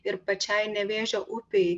ir pačiai nevėžio upei